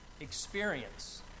experience